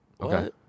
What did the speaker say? Okay